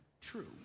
true